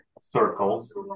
circles